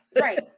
Right